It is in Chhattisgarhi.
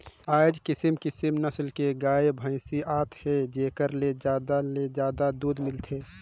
आयज किसम किसम नसल के गाय, भइसी आत हे जेखर ले जादा ले जादा दूद मिलथे